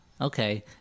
Okay